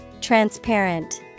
Transparent